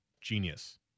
genius